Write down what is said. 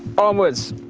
onwards!